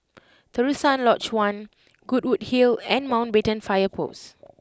Terusan Lodge One Goodwood Hill and Mountbatten Fire Post